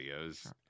videos